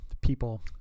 people